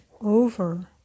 over